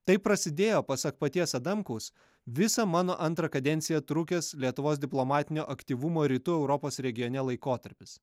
taip prasidėjo pasak paties adamkus visą mano antrą kadenciją trukęs lietuvos diplomatinio aktyvumo rytų europos regione laikotarpis